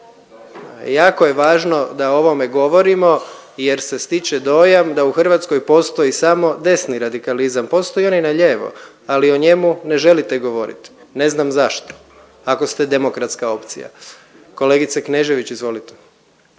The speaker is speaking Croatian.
Jako je važno da o ovome govorimo, jer se stiče dojam da u Hrvatskoj postoji samo desni radikalizam. Postoji on i na lijevo, ali o njemu ne želite govoriti, ne znam zašto ako ste demokratska opcija. Kolegice Knežević, izvolite.